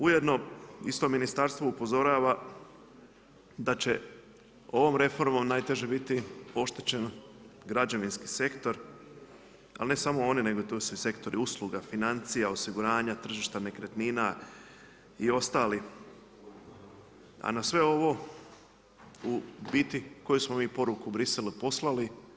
Ujedno isto ministarstvo upozorava da će ovom reformom najteže biti oštećen građevinski sektor, ali ne samo oni tu su i sektori usluga, financija, osiguranja tržišta nekretnina i ostali, a na sve ovo u biti koju smo mi poruku Bruxellesu poslali?